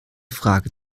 frage